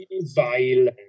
violent